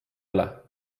üle